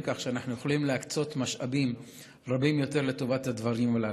כך שאנחנו יכולים להקצות משאבים רבים יותר לטובת הדברים הללו.